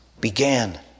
began